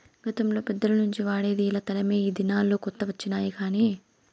గతంలో పెద్దల నుంచి వాడేది ఇలా తలమే ఈ దినాల్లో కొత్త వచ్చినాయి కానీ